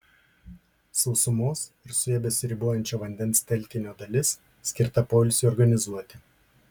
sausumos ir su ja besiribojančio vandens telkinio dalis skirta poilsiui organizuoti